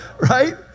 Right